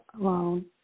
alone